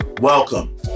welcome